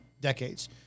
decades